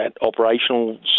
operational